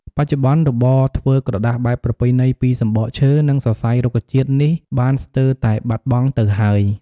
បច្ចុប្បន្ន របរធ្វើក្រដាសបែបប្រពៃណីពីសំបកឈើ និងសរសៃរុក្ខជាតិនេះបាន ស្ទើរតែបាត់បង់ទៅហើយ។